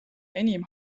enim